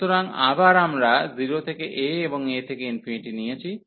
সুতরাং আবার আমরা 0 থেকে a এবং a থেকে ∞ নিয়েছি